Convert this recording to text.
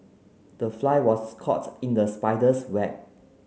the fly was caught in the spider's web